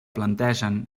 plantegen